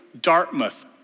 Dartmouth